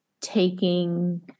taking